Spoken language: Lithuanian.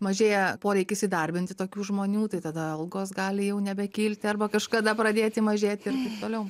mažėja poreikis įdarbinti tokių žmonių tai tada algos gali jau nebekilti arba kažkada pradėti mažėti ir taip toliau